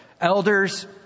Elders